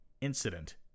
incident